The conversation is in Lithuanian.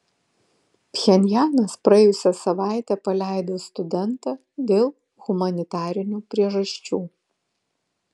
pchenjanas praėjusią savaitę paleido studentą dėl humanitarinių priežasčių